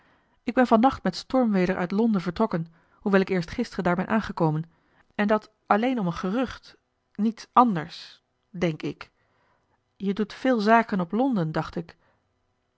ik ben van nacht met stormweder uit londen vertrokken hoewel ik eerst gisteren daar ben aangekomen en dat alleen om een gerucht niets anders denk ik je doet veel zaken op londen dacht ik